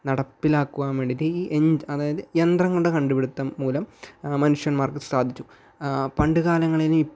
നടപ്പിലാക്കുവാൻ വേണ്ടിയിട്ട് ഈ യന്ത് അതായത് യന്ത്രങ്ങളുടെ കണ്ടുപിടിത്തം മൂലം മനുഷ്യൻമാർക്ക് സാധിച്ചു പണ്ടുകാലങ്ങളിൽ